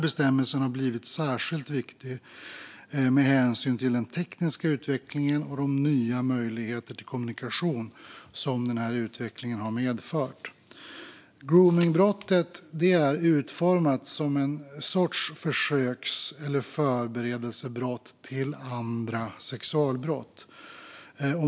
Bestämmelsen har blivit särskilt viktig med hänsyn till den tekniska utvecklingen och de nya möjligheter till kommunikation som den har medfört. Gromningsbrottet är utformat som en sorts försöks eller förberedelsebrott till andra sexualbrott.